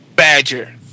Badger